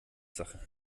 sache